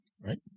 right